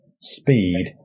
speed